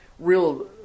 real